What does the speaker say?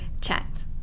chat